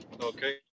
Okay